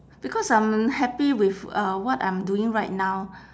because I'm happy with uh what I'm doing right now